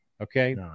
okay